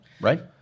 right